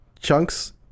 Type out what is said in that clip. Chunks